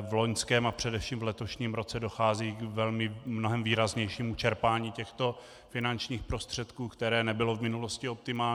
v loňském a především v letošním roce dochází k mnohem výraznějšímu čerpání těchto finančních prostředků, které nebylo v minulosti optimální.